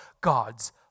God's